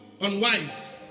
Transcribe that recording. unwise